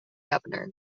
governor